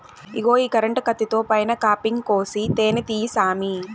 ఇగో ఈ కరెంటు కత్తితో పైన కాపింగ్ కోసి తేనే తీయి సామీ